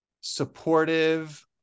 supportive